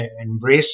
embrace